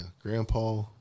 grandpa